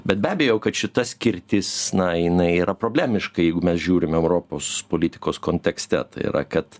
bet be abejo kad šita skirtis na jinai yra problemiška jeigu mes žiūrim europos politikos kontekste tai yra kad